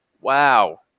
Wow